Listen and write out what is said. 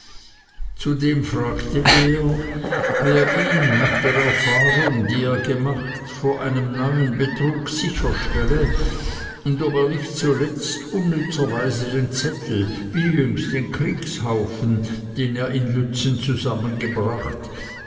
zudem fragte er wer ihn nach der erfahrung die er gemacht vor einem neuen betrug sicherstelle und ob er nicht zuletzt unnützer weise den zettel wie jüngst den kriegshaufen den er in lützen zusammengebracht